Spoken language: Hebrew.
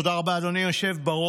תודה רבה, אדוני היושב-ראש.